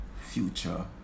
future